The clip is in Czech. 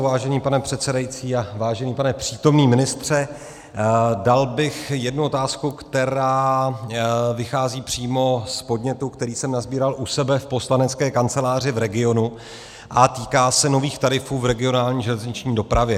Vážený pane předsedající, vážený pane přítomný ministře, dal bych jednu otázku, která vychází přímo z podnětu, který jsem nasbíral u sebe v poslanecké kanceláři v regionu, a týká se nových tarifů v regionální železniční dopravě.